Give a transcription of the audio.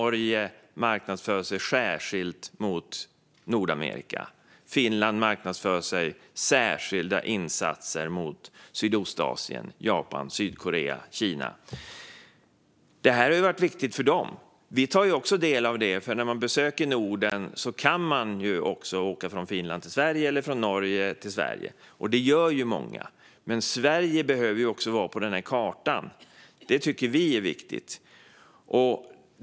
Norge marknadsför sig särskilt mot Nordamerika, och Finland marknadsför sig med särskilda insatser mot Sydostasien - Japan, Sydkorea, Kina. Detta har varit viktigt för dem. Vi tar också del av det, för när man besöker Norden kan man också åka från Finland till Sverige och från Norge till Sverige, vilket många också gör. Men Sverige behöver också vara på den där kartan. Det tycker vi är viktigt.